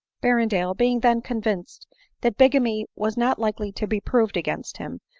berrendale, being then convinced that bigamy was not likely to be prove! against him,